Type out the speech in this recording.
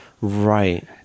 Right